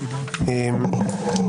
ההגדרות.